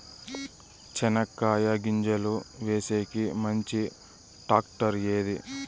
చెనక్కాయ గింజలు వేసేకి మంచి టాక్టర్ ఏది?